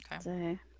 Okay